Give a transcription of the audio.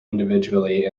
individually